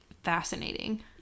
Fascinating